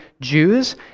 Jews